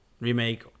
Remake